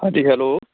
ਹਾਂਜੀ ਹੈਲੋ